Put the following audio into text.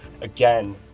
again